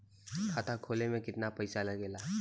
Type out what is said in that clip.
खाता खोले में कितना पैसा लगेला?